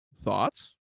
Thoughts